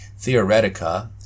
theoretica